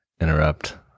interrupt